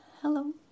Hello